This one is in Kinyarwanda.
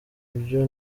byo